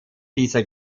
dieser